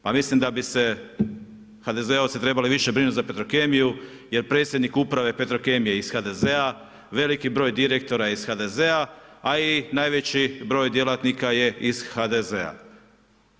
Pa mislim da bi se HDZ-ovci više trebali brinuti za Petrokemiju, jer predsjednik Uprave Petrokemije iz HDZ-a, veliki broj direktora iz HDZ-a, a i najveći broj djelatnika je iz HDZ-a.